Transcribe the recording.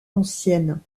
ancienne